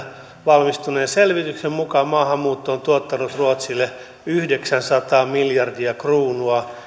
valmistuneen selvityksen mukaan maahanmuutto on tuottanut ruotsille yhdeksänsataa miljardia kruunua